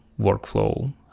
workflow